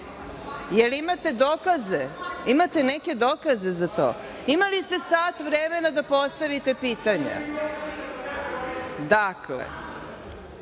imate dokaze? Imate neke dokaze za to? Imali ste sat vremena da postavite pitanja. Dakle,